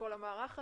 מכל המערך הזה.